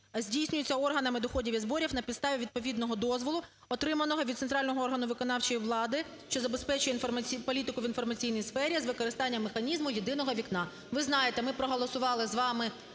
здійснюється органами доходів і зборів на підставі відповідного дозволу, отриманого від центрального органу виконавчої влади, що забезпечує політику в інформаційній сфері з використанням механізму "єдиного вікна".